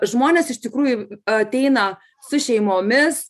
žmonės iš tikrųjų ateina su šeimomis